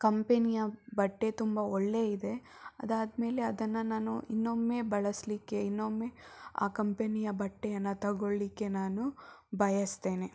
ಕಂಪನಿಯ ಬಟ್ಟೆ ತುಂಬ ಒಳ್ಳೆಯ ಇದೆ ಅದಾದಮೇಲೆ ಅದನ್ನು ನಾನು ಇನ್ನೊಮ್ಮೆ ಬಳಸಲಿಕ್ಕೆ ಇನ್ನೊಮ್ಮೆ ಆ ಕಂಪನಿಯ ಬಟ್ಟೆಯನ್ನು ತಗೊಳ್ಳಲಿಕ್ಕೆ ನಾನು ಬಯಸ್ತೇನೆ